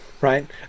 right